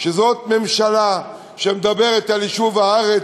שזאת ממשלה שמדברת על יישוב הארץ,